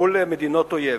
מול מדינות אויב.